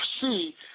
see